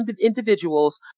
individuals